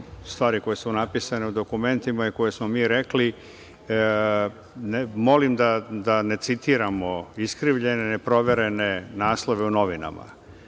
stvari koje su napisane u dokumentima i koje smo mi rekli. Molim da ne citiramo iskrivljene, neproverene naslove u novinama.